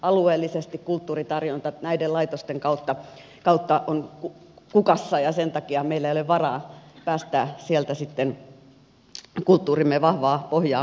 alueellisesti kulttuuritarjonta näiden laitosten kautta on kukassa ja sen takiahan meillä ei ole varaa päästää sieltä sitten kulttuurimme vahvaa pohjaa murentumaan